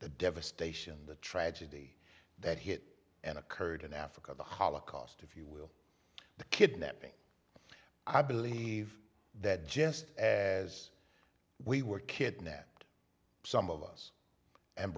the devastation the tragedy that hit and occurred in africa the holocaust of you the kidnapping i believe that just as we were kidnapped some of us and